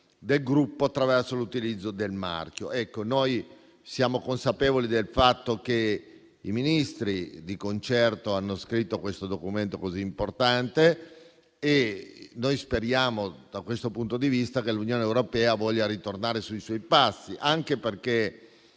del gruppo attraverso l'utilizzo del marchio. Siamo consapevoli del fatto che i Ministri, di concerto, hanno scritto questo documento così importante e speriamo, da questo punto di vista, che l'Unione europea voglia tornare sui suoi passi. Occorre